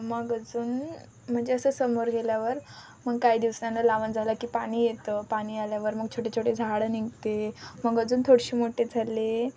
मग अजून म्हणजे असं समोर गेल्यावर मग काही दिवसांना लावण झालं की पाणी येतं पाणी आल्यावर मग छोटे छोटे झाडं निघते मग अजून थोडीशी मोठे झाले